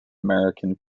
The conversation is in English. american